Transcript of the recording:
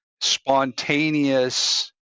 spontaneous